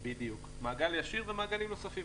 מעגל ישיר ומעגלים נוספים.